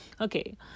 Okay